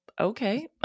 okay